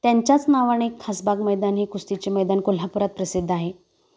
त्यांच्याच नावाने एक खासबाग मैदान हे कुस्तीचे मैदान कोल्हापुरात प्रसिद्ध आहे